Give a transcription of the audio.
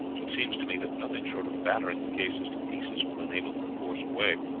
it seems to me that nothing short of battering the cases to pieces will enable them to force a way.